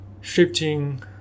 shifting